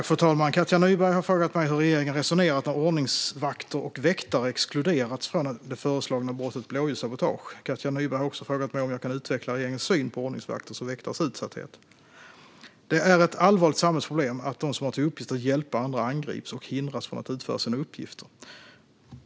Fru talman! Katja Nyberg har frågat mig hur regeringen resonerat när ordningsvakter och väktare exkluderats från det föreslagna brottet blåljussabotage. Katja Nyberg har också frågat mig om jag kan utveckla regeringens syn på ordningsvakters och väktares utsatthet. Det är ett allvarligt samhällsproblem att de som har till uppgift att hjälpa andra angrips och hindras från att utföra sina uppgifter.